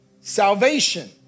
salvation